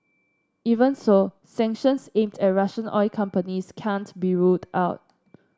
even so sanctions aimed at Russian oil companies can't be ruled out